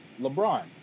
LeBron